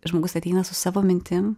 žmogus ateina su savo mintim